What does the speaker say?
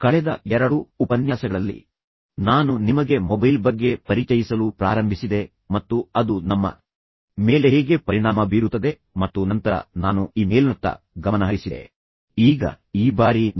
ಕಳೆದ 2 ಉಪನ್ಯಾಸಗಳಲ್ಲಿ ನಾನು ನಿಮಗೆ ಮೊಬೈಲ್ ಬಗ್ಗೆ ಪರಿಚಯಿಸಲು ಪ್ರಾರಂಭಿಸಿದೆ ಮತ್ತು ಅದು ನಮ್ಮ ಮೇಲೆ ಹೇಗೆ ಪರಿಣಾಮ ಬೀರುತ್ತದೆ ಮತ್ತು ನಂತರ ನಾನು ಇ ಮೇಲ್ನತ್ತ ಗಮನಹರಿಸಿದೆ ಮತ್ತು ನಾವು ಇಮೇಲ್ಗಳನ್ನು ಎಷ್ಟು ದುರುಪಯೋಗಪಡಿಸಿಕೊಳ್ಳುತ್ತಿದ್ದೇವೆ